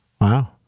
Wow